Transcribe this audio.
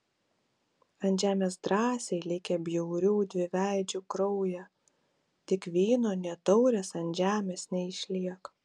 ant žemės drąsiai likę bjaurių dviveidžių kraują tik vyno nė taurės ant žemės neišliek